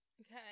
Okay